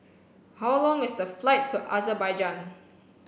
how long is the flight to Azerbaijan